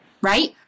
right